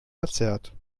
verzerrt